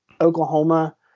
Oklahoma